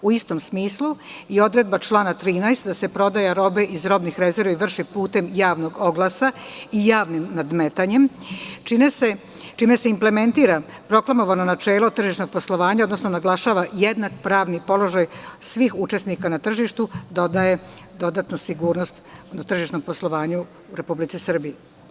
U istom smislu i odredba član 13. da se prodaja roba iz robnih rezervi vrši putem javnog oglasa i javnim nadmetanjem, čime se implementira proklamovano načelo tržišnog poslovanja, odnosno naglašava jednak pravni položaj svih učesnika na tržištu, dodaje dodatnu sigurnost na tržišnom poslovanju u Republici Srbiji.